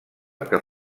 que